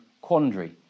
quandary